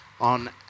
on